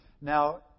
Now